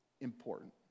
important